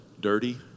dirty